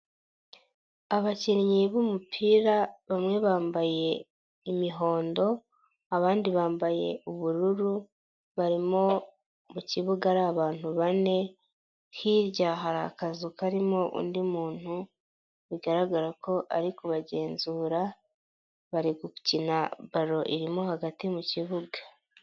Abakinnyi b'umupira bamwe bambaye imihondo abandi bambaye ubururu, barimo mu kibuga ari abantu bane, hirya hari akazu karimo undi muntu bigaragara ko ari kubagenzura, bari gukina baro irimo hagati mu kibuga.